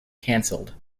cancelled